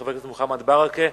חבר הכנסת מוחמד ברכה,